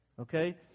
okay